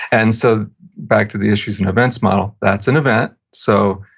and so back to the issues and events model, that's an event. so,